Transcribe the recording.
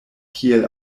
kiel